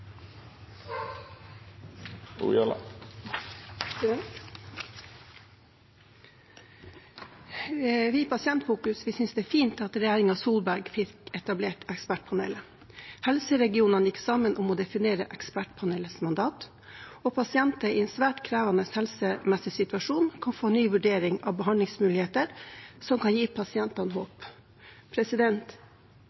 Vi i Pasientfokus synes det er fint at Solberg-regjeringen fikk etablert ekspertpanelet. Helseregionene gikk sammen om å definere ekspertpanelets mandat, og pasienter i en svært krevende helsemessig situasjon kan få en ny vurdering av behandlingsmuligheter, noe som kan gi pasientene